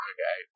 Okay